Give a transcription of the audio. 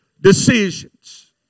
decisions